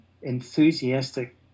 enthusiastic